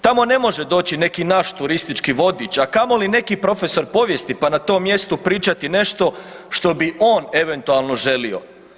Tamo ne može doći neki naš turistički vodič, a kamoli neki profesor povijesti pa na tom mjestu pričati nešto što bi on eventualno želio.